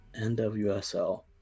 nwsl